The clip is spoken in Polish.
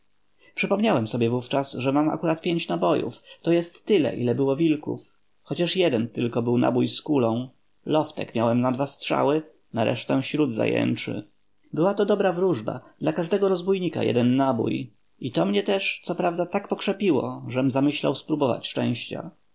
przypomniałem sobie wówczas że mam akurat pięć nabojów to jest tyle ilu było wilków chociaż jeden tylko nabój był z kulą loftek miałem na dwa strzały na resztę śrót zajęczy była to dobra wróżba dla każdego rozbójnika jeden nabój i to mnie też co prawda tak pokrzepiło żem zamyślał spróbować szczęścia